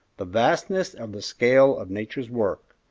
the vastness of the scale of nature's work,